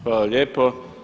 Hvala lijepo.